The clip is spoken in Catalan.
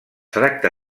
tracta